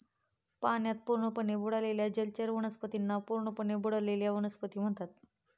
पाण्यात पूर्णपणे बुडालेल्या जलचर वनस्पतींना पूर्णपणे बुडलेल्या वनस्पती म्हणतात